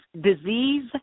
disease